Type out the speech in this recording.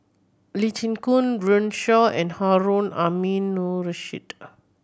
Lee Chin Koon Runme Shaw and Harun Aminurrashid